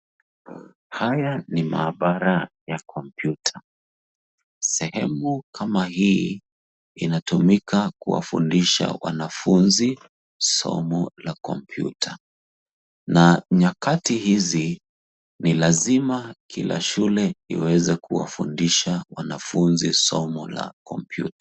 Haya ni maabara ya kompyuta. Sehemu kamahii inatumika kuwafundisha wanafunzi somo la kompyuta na nyakati hizi ni lazima kila shule liweze kuwafundisha wanafunzi somo la kompyuta .